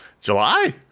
July